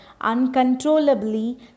uncontrollably